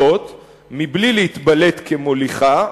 זאת מבלי להתבלט כמוליכה,